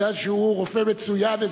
בגלל שהוא רופא מצוין,